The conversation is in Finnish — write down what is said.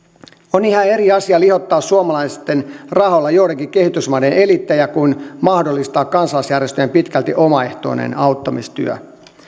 on ihan eri asia lihottaa suomalaisten rahoilla juurikin kehitysmaiden eliittejä kuin mahdollistaa kansalaisjärjestöjen pitkälti omaehtoinen auttamistyö